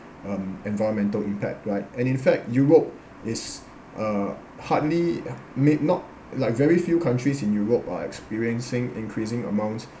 um environmental impact right and in fact europe is uh hardly may not like very few countries in europe are experiencing increasing amount